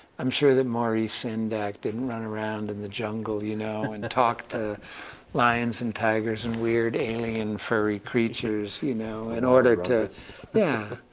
i'm sure that maurice sendak didn't run around in the jungle, you know, and talk to lions and tigers and weird alien fury creatures in you know and order to yeah.